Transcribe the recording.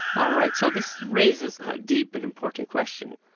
all right. so this raises a deep and important question.